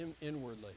inwardly